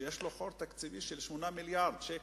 שיש לו חור תקציבי של 8 מיליארדי ש"ח.